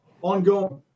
ongoing